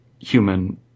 human